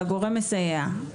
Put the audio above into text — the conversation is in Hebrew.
והגורם מסייע.